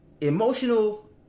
Emotional